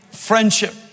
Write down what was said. friendship